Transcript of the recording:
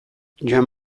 joan